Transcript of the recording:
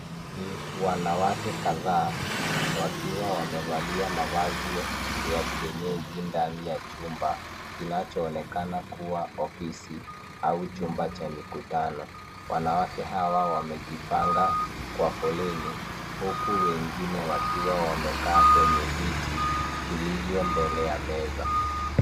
Ni wanawake kadhaa wakiwa wamevalia mavazi ya kienyeji ndani ya chumba, kinachoonekana kuwa ofisi, au chumba cha mikutano. Wanawake hawa wamejipanga kwa foleni, huku wengine wakiwa wamekaa kwenye viti, vilivyo mbele ya meza.